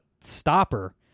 stopper